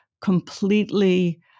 completely